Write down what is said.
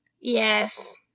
Yes